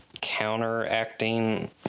counteracting